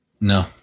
No